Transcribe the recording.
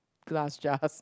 glass jars